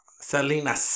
Selena